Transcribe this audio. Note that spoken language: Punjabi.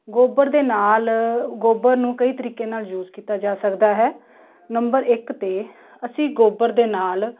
ਗੋਬਰ ਦੇ ਨਾਲ ਗੋਬਰ ਨੂੰ ਕਈ ਤਰੀਕੇ ਨਾਲ ਯੂਜ ਕੀਤਾ ਜਾ ਸਕਦਾ ਹੈ ਨੰਬਰ ਇੱਕ 'ਤੇ ਅਸੀਂ ਗੋਬਰ ਦੇ ਨਾਲ